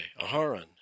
Aharon